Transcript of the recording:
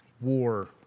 war